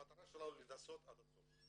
המטרה שלנו היא לנסות עד הסוף.